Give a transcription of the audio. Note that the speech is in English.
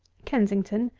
kensington,